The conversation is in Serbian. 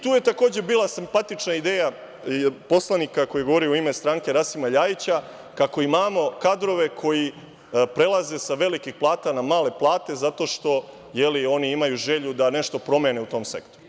Tu je takođe bila simpatična ideja i od poslanika koji je govorio u ime strane Rasima LJajića kako imamo kadrove koji prelaze sa velikih plata na male plate zato što oni imaju želju da nešto promene u tom sektoru.